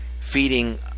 feeding